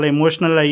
Emotional